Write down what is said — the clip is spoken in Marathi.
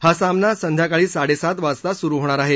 हा सामना संध्याकाळी साडेसात वाजता सुरू होणार आहे